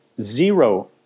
zero